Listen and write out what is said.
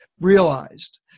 realized